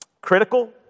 critical